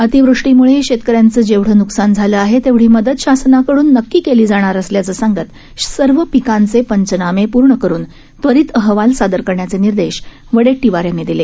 अतिवृष्टीमुळे शेतकऱ्यांचे जेवढे न्कसान झाले आहे तेवढी मदत शासनाकडून नक्की केली जाणार असल्याचं सां त सर्व पिकांचे पंचनामे पूर्ण करून त्वरीत अहवाल सादर करण्याचे निर्देश वडेट्टीवार यांनी दिले